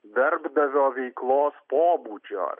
darbdavio veiklos pobūdžio